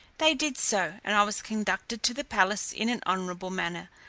they did so, and i was conducted to the palace in an honourable manner,